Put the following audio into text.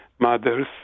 mother's